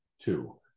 two